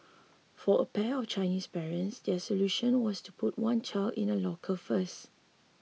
for a pair of Chinese parents their solution was to put one child in a locker first